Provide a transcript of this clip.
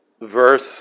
verse